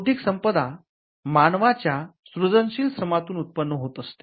बौद्धिक संपदा मानवाच्या सृजनशील श्रमातून उत्पन्न होत असते